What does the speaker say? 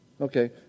Okay